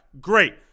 Great